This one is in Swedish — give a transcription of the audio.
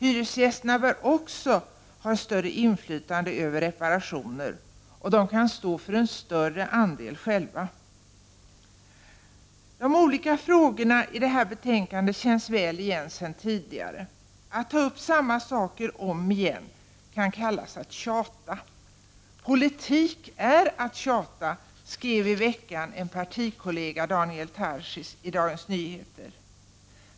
Hyresgästerna bör också ha större inflytande över reparationer, och de kan stå för en större del själva. De olika frågorna i detta betänkande känns väl igen. När samma saker tas upp om och om igen kan man tala om tjat. Politik är att tjata, skrev partikollegan Daniel Tarschys tidigare i veckan i ett inlägg i Dagens Nyheter.